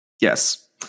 Yes